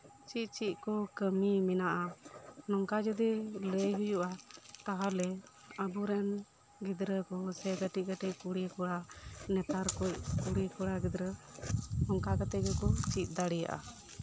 ᱪᱮᱫ ᱪᱮᱫ ᱠᱚ ᱠᱟᱹᱢᱤ ᱢᱮᱱᱟᱜ ᱟ ᱱᱚᱝᱠᱟ ᱡᱚᱫᱤ ᱞᱟᱹᱭ ᱦᱩᱭᱩᱜ ᱟ ᱛᱟᱦᱚᱞᱮ ᱟᱵᱚᱨᱮᱱ ᱜᱤᱫᱽᱨᱟᱹ ᱠᱚ ᱥᱮ ᱠᱟᱹᱴᱤᱡ ᱠᱟᱹᱴᱤᱡ ᱠᱩᱲᱤ ᱠᱚᱲᱟ ᱱᱮᱛᱟᱨ ᱠᱚ ᱠᱩᱲᱤ ᱠᱚᱲᱟ ᱜᱤᱫᱽᱨᱟᱹ ᱚᱱᱠᱟ ᱠᱟᱛᱮᱫ ᱜᱮᱠᱚ ᱪᱮᱫ ᱫᱟᱲᱮᱭᱟᱜᱼᱟ